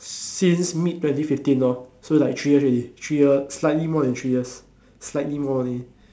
since mid twenty fifteen lor so like three years already three years slightly more than three years slightly more only